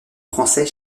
français